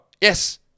yes